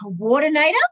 coordinator